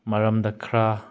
ꯃꯔꯝꯗ ꯈꯔ